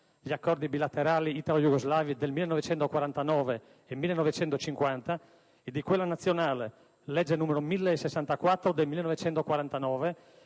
(gli Accordi bilaterali italo-jugoslavi del 1949 e 1950) e di quella nazionale (legge n. 1064 del 1949)